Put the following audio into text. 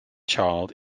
child